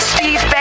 Steve